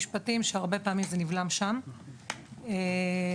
הרבה פעמים זה נבלם במשרד המשפטים.